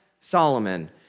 Solomon